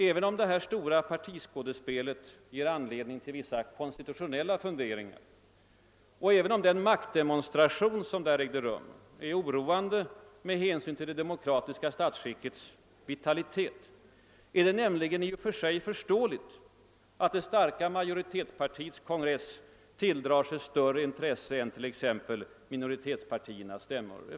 Även om partiskådespelet ger anledning till vissa konstitutionella funderingar, och även om den maktdemonstration som där ägt rum är oroande med hänsyn till det demokratiska statsskickets vitalitet, är det nämligen i och för sig förståeligt att det starka majoritetspartiets kongress tilldrar sig större intresse än t.ex. minoritetspartiernas stämmor.